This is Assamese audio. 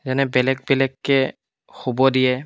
যেনে বেলেগ বেলেগকৈ শুব দিয়ে